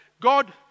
God